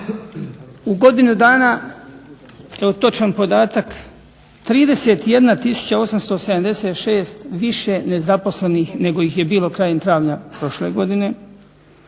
U godinu dana evo točan podatak 31 tisuća 876 više nezaposlenih nego ih je bilo krajem travnja prošle godine,